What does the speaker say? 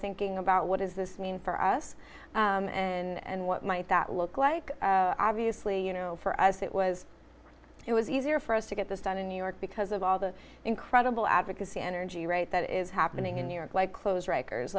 thinking about what does this mean for us and what might that look like obviously you know for us it was it was easier for us to get this done in new york because of all the incredible advocacy energy right that is happening in new york like clothes riker